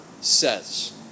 says